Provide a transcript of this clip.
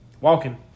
walking